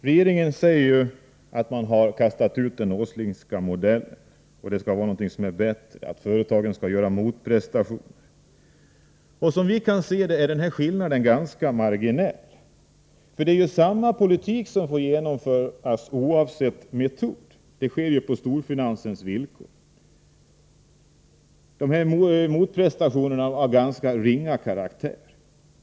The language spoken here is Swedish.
Regeringen säger att den har kastat ut den Åslingska modellen och att det är bättre att företagen gör en motprestation. Som vi ser saken är skillnaden ganska marginell. Det är ju samma politik som skall genomföras oavsett metod — det sker på storfinansens villkor. De här motprestationerna är av ganska ringa karaktär.